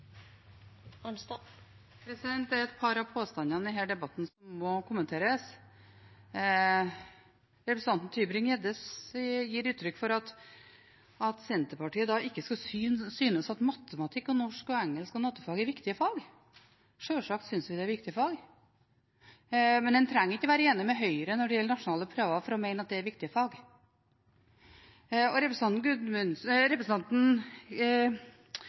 et par av påstandene i denne debatten som må kommenteres. Representanten Tybring-Gjedde gir uttrykk for at Senterpartiet ikke synes at matematikk, norsk, engelsk og naturfag er viktige fag. Sjølsagt synes vi det er viktige fag, men en trenger ikke være enig med Høyre når det gjelder nasjonale prøver for å mene at det er viktige fag. Representanten